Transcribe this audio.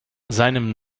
seinem